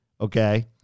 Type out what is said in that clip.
okay